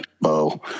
bow